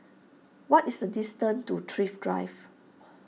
what is the distance to Thrift Drive